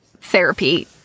therapy